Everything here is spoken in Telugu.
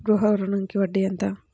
గృహ ఋణంకి వడ్డీ ఎంత?